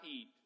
eat